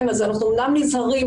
אז אנחנו אומנם נזהרים.